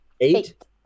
eight